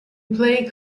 play